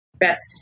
best